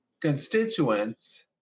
constituents